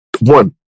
one